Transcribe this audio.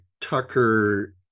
Tucker